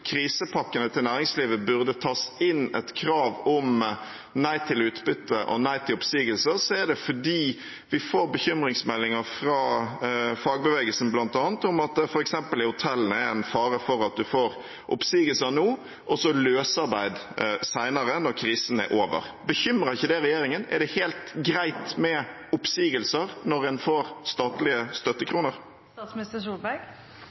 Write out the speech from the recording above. nei til utbytte og nei til oppsigelser, er det fordi vi får bekymringsmeldinger, fra fagbevegelsen bl.a., om at det f.eks. i hotellene er en fare for at man får oppsigelser nå, og så løsarbeid senere, når krisen er over. Bekymrer ikke det regjeringen? Er det helt greit med oppsigelser når en får statlige